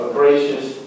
gracious